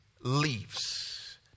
leaves